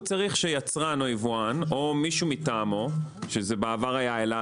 הוא צריך שיצרן או יבואן או מי מטעמו שבעבר היה אל"ה,